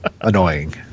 annoying